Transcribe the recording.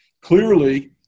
Clearly